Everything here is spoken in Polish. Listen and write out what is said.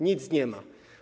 Nic nie ma.